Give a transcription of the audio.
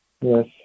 Yes